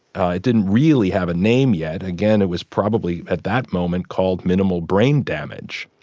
it didn't really have a name yet. again, it was probably at that moment called minimal brain damage.